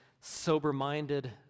sober-minded